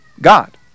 God